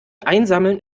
einsammeln